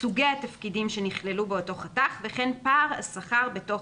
סוגי התפקידים שנכללו באותו חתך וכן פער השכר בתוך